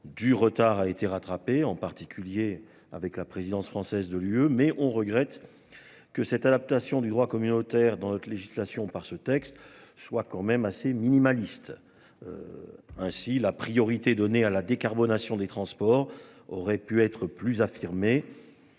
du retard a été rattrapé en particulier avec la présidence française de l'UE mais on regrette. Que cette adaptation du droit communautaire dans notre législation par ce texte soit quand même assez minimaliste. Ainsi, la priorité donnée à la décarbonation des transports aurait pu être plus.